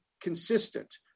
consistent